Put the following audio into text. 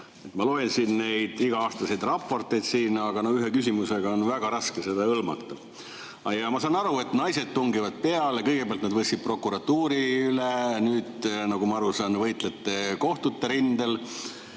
Ma loen siin neid iga-aastaseid raporteid, aga ühe küsimusega on väga raske seda hõlmata. Ma saan aru, et naised tungivad peale: kõigepealt nad võtsid üle prokuratuuri, nüüd, nagu ma aru saan, te võitlete kohtute rindel.